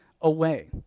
away